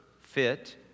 fit